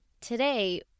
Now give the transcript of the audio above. today